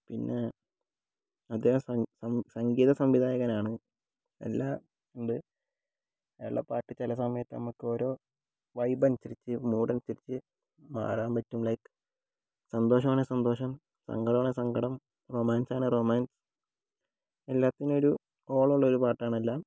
പിന്നെ അദ്ദേഹം സംഗീത സംവിധായകനാണ് എല്ലാം ഉണ്ട് അയാളുടെ പാട്ട് ചില സമയത്ത് നമുക്ക് ഓരോ വൈബ് അനുസരിച്ച് മൂഡ് അനുസരിച്ച് മാറാൻ പറ്റും ലൈക്ക് സന്തോഷം ആണെങ്കിൽ സന്തോഷം സങ്കടം ആണെങ്കിൽ സങ്കടം റൊമാൻസ് ആണെങ്കിൽ റൊമാൻസ് എല്ലാത്തിനും ഒരു ഓളം ഉള്ളൊരു പാട്ടാണ് എല്ലാം